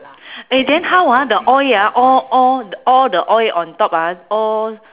eh then how ah the oil ah all all all the oil on top ah all